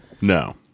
No